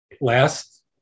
last